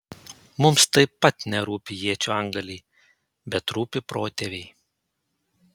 mums taip pat nerūpi iečių antgaliai bet rūpi protėviai